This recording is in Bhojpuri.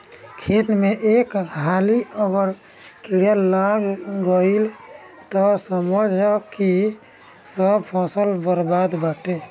खेत में एक हाली अगर कीड़ा लाग गईल तअ समझअ की सब फसल बरबादे बाटे